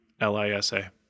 L-I-S-A